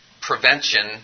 prevention